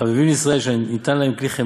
חביבין ישראל שניתן להם כלי חמדה.